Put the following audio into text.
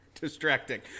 Distracting